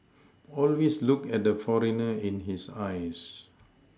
always look at the foreigner in his eyes